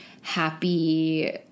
happy